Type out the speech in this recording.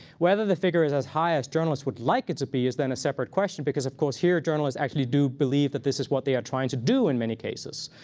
whether the figure is as high as journalists would like it to be is then a separate question because of course, here journalists actually do believe that this is what they are trying to do in many cases.